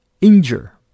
injure